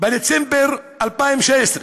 בדצמבר 2016,